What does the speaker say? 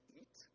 eat